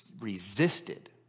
resisted